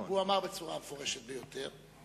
הוא אמר בצורה המפורשת ביותר,